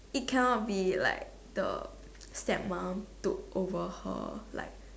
it cannot be like the step mum took over her like